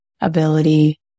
ability